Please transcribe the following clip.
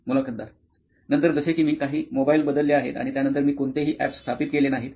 मुलाखतदार नंतर जसे की मी काही मोबाइल बदलले आहेत आणि त्यानंतर मी कोणतेही अॅप्स स्थापित केले नाहीत